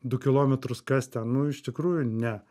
du kilometrus kas ten nu iš tikrųjų ne